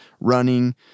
running